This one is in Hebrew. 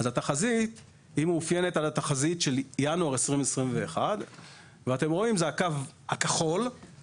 התחזית מאופיינת על התחזית של ינואר 2021 ואתם רואים את הקו הכחול.